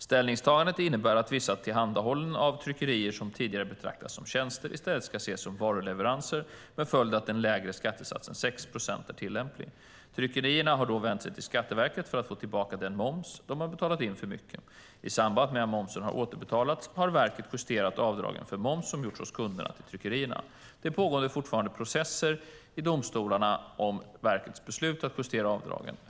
Ställningstagandet innebär att vissa tillhandahållanden av tryckerier som tidigare betraktats som tjänster i stället ska ses som varuleveranser med följd att den lägre skattesatsen 6 procent är tillämplig. Tryckerierna har då vänt sig till Skatteverket för att få tillbaka den moms som de har betalat in för mycket. I samband med att momsen har återbetalats har verket justerat avdragen för moms som gjorts av kunderna till tryckerierna. Det pågår fortfarande processer i domstolarna om verkets beslut att justera avdragen.